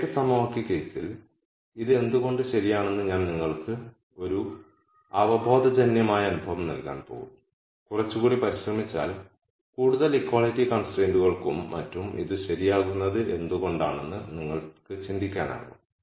ഏക സമവാക്യ കേസിൽ ഇത് എന്തുകൊണ്ട് ശരിയാണെന്ന് ഞാൻ നിങ്ങൾക്ക് ഒരു അവബോധജന്യമായ അനുഭവം നൽകാൻ പോകുന്നു കുറച്ചുകൂടി പരിശ്രമിച്ചാൽ കൂടുതൽ ഇക്വാളിറ്റി കൺസ്ട്രൈന്റുൾക്കും മറ്റും ഇത് ശരിയാകുന്നത് എന്തുകൊണ്ടാണെന്ന് നിങ്ങൾക്ക് ചിന്തിക്കാനാകും